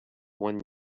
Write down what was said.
one